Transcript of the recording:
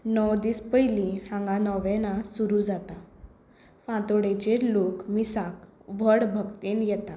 णव दीस पयली हांगा नोवेना सुरू जाता फांतोडेंचेर लोक मिसाक व्हड भक्तेन येता